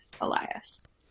Elias